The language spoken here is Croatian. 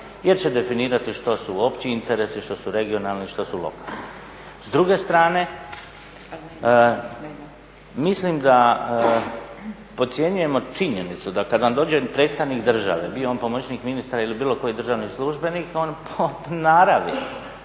jer će definirati što su opći interesi, što su regionalni, što su lokalni. S druge strane mislim da podcjenjujemo činjenicu da kada vam dođe predstavnik države bio oni pomoćnik ministra ili bilo koji državni službenik on po naravi